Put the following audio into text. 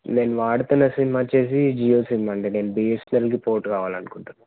నేను వాడుతున్న సిమ్ వచ్చేసి జియో సిమ్ అండి నేను బిఎస్ఎన్ఎల్కి పోర్ట్ కావాలనుకుంటన్నాను